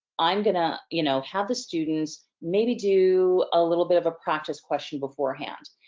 i'm gonna you know have the students maybe do a little bit of a practice question beforehand.